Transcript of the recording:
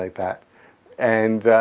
like that and,